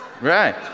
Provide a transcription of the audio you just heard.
right